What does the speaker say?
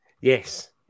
Yes